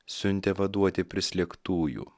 siuntė vaduoti prislėgtųjų